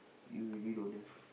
you really don't have